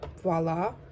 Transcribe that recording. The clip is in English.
voila